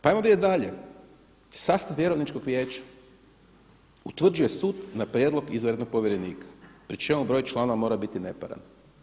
Pa idemo vidjet dalje, sastav vjerovničkog vijeća, utvrđuje sud na prijedlog izvanrednog povjerenika pri čemu broj članova mora biti neparan.